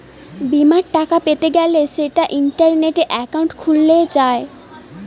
বিমার টাকা পেতে গ্যলে সেটা ইন্টারনেটে একাউন্ট খুলে যায়